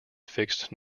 fixed